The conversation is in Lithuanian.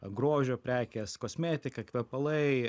grožio prekės kosmetika kvepalai